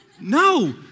No